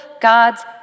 God's